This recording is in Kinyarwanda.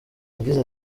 yagize